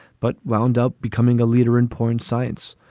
but wound up becoming a leader in porn sites.